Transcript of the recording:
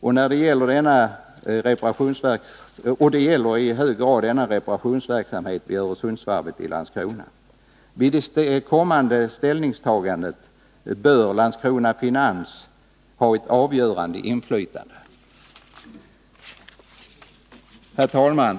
Vid det kommande ställningstagandet till en eventuell reparationsverksamhet vid Öresundsvarvet i Landskrona bör Landskrona Finans AB ha ett avgörande inflytande. Herr talman!